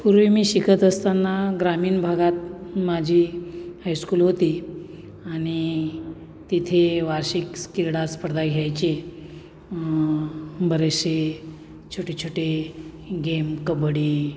पूर्वी मी शिकत असताना ग्रामीण भागात माझी हायस्कूल होती आणि तिथे वार्षिक क्रीडास्पर्धा घ्यायचे बरेचसे छोटे छोटे गेम कबड्डी